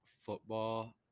football